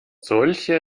solche